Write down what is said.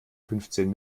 fünfzehn